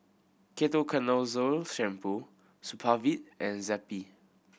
Ketoconazole Shampoo Supravit and Zappy